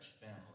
family